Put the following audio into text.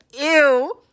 Ew